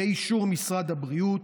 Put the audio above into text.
באישור משרד הבריאות,